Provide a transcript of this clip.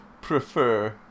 prefer